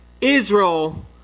Israel